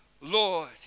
Lord